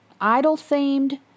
idol-themed